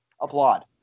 Applaud